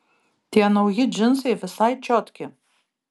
tie nauji džinsai visai čiotki